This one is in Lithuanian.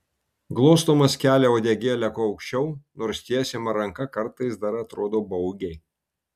glostomas kelia uodegėlę kuo aukščiau nors tiesiama ranka kartais dar atrodo baugiai